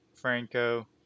Franco